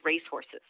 racehorses